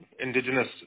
Indigenous